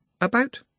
About